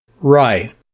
Right